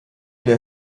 der